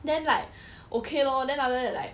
then like okay lor then after that like